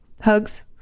Hugs